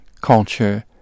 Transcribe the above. culture